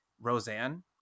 Roseanne